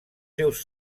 seus